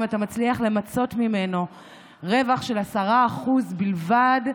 למצות ממנו רווח של 10% בלבד,